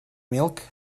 milk